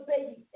baby